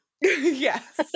yes